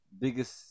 biggest